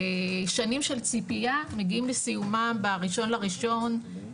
שנים של ציפייה מגיעים לסיומם ב-1.1.2022,